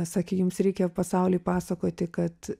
sakė jums reikia pasauliui pasakoti kad